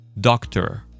doctor